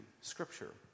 scripture